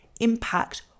impact